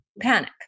panic